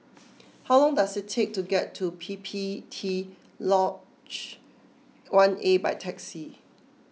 how long does it take to get to P P T Lodge one A by taxi